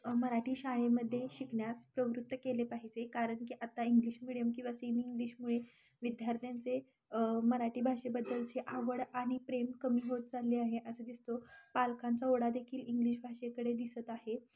मराठी शाळेमध्ये शिकण्यास प्रवृत्त केले पाहिजे कारण की आता इंग्लिश मिडियम किंवा सेमी इंग्लिशमुळे विध्यार्थ्यांचे मराठी भाषेबद्दलची आवड आणि प्रेम कमी होत चालले आहे असं दिसते पालकांचा ओढा देेखील इंग्लिश भाषेकडे दिसत आहे